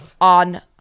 On